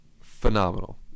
phenomenal